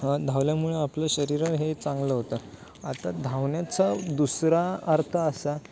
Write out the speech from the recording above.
धावल्यामुळे आपलं शरीर हे चांगलं होतं आता धावन्याचा दुसरा अर्थ असा